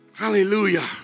Hallelujah